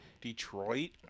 Detroit